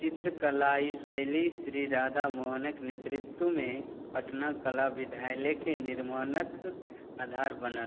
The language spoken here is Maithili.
चित्रकलाइ शैली श्रीराधामोहनके नेतृत्वमे पटना कला विद्यालयके निर्माणके आधार बनल